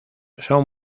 son